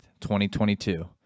2022